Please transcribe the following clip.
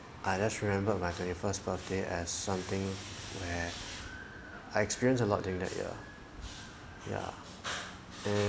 I just remembered my twenty first birthday as something where I experienced a lot during that year yeah